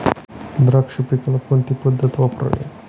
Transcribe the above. द्राक्ष पिकाला कोणती पद्धत वापरावी?